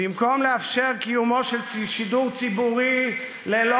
במקום לאפשר קיומו של שידור ציבורי ללא